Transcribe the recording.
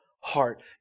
heart